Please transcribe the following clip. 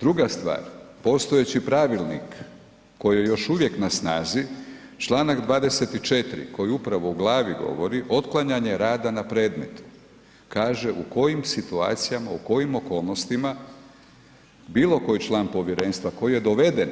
Druga stvar postojeći pravilnik koji je još uvijek na snazi, Članak 24. koji upravo u glavi govori Otklanjanje rada na predmetu, kaže u kojim situacijama u kojim okolnostima bilo koji član povjerenstva koji je doveden